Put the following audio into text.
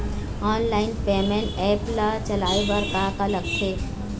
Online payment apps ला चलाए बार का का लगथे?